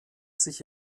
sich